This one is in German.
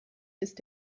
ist